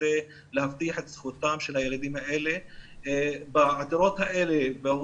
כדי להבטיח את זכותם של הילדים האלה ונוספה עוד